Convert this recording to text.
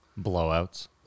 Blowouts